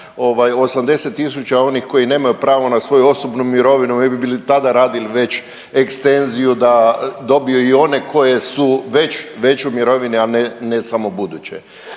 80.000 onih koji nemaju pravo na svoju osobnu mirovinu mi bi bili tada radili već ekstenziju da dobiju i one koje su već u mirovini, a ne samo buduće.